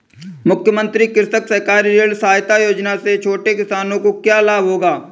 मुख्यमंत्री कृषक सहकारी ऋण सहायता योजना से छोटे किसानों को क्या लाभ होगा?